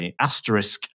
Asterisk